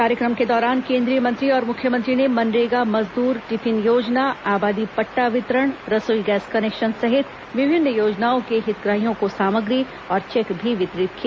कार्यक्रम के दौरान केंद्रीय मंत्री और मुख्यमंत्री ने मनरेगा मजदूर टिफिन योजना आबादी पट्टा वितरण रसोई गैस कनेक्शन सहित विभिन्न योजनाओं के हितग्राहियों को सामग्री और चेक भी वितरित किए